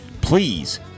please